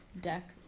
deck